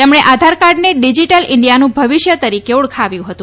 તેમણે આધારકાર્ડને ડીજીટલ ઇન્ડિયાનું ભવિષ્ય તરીકે ઓળખાવ્યું હતું